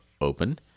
open